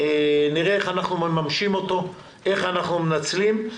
נראה איך אנחנו מממשים אותו, איך אנחנו מנצלים.